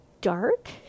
dark